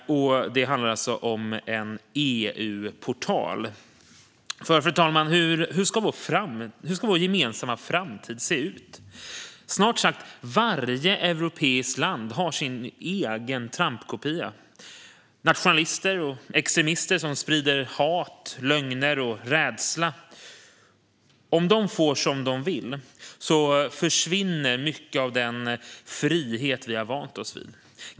Det handlar alltså om en EU-portal. Fru talman! Hur ska vår gemensamma framtid se ut? Snart sagt varje europeiskt land har sin egen Trumpkopia - nationalister och extremister som sprider hat, lögner och rädsla. Om de får som de vill försvinner mycket av den frihet som vi har vant oss vid.